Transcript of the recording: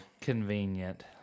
Convenient